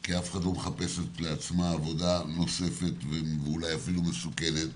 כי אף אחת לא מחפשת לעצמה עבודה נוספת ואולי אפילו מסוכנת,